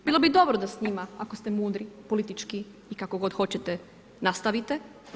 Bilo bi dobro da s njima, ako ste mudri, politički, kako god hoćete nastavite.